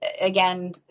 again